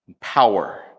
power